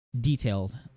Detailed